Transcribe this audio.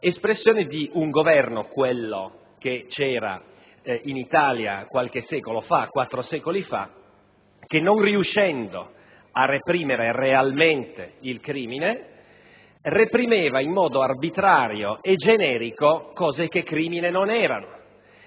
espressione di un Governo ‑ quello che vi era in Italia quattro secoli fa - che, non riuscendo ad arginare realmente il crimine, reprimeva in modo arbitrario e generico cose che crimine non erano.